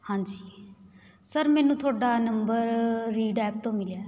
ਹਾਂਜੀ ਸਰ ਮੈਨੂੰ ਤੁਹਾਡਾ ਨੰਬਰ ਰੀਡ ਐਪ ਤੋਂ ਮਿਲਿਆ